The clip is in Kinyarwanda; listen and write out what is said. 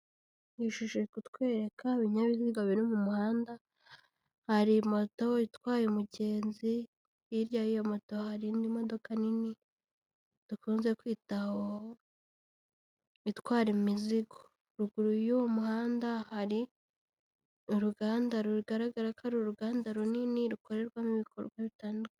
Iyi shusho iri kutwereka ibinyabiziga biri mu muhanda, hari moto itwaye umugenzi hirya yiyo moto hari indi modoka nini dukunze kwita hoho itwara imizigo. Ruguru y'uwo muhanda hari uruganda rugaragara ko ari uruganda runini rukorerwamo ibikorwa bitandukanye.